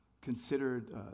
considered